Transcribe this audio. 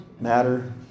matter